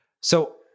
So-